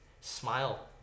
Smile